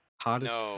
Hottest